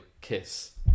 Kiss